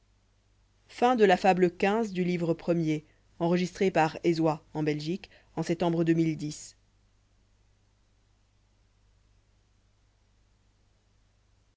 la fable de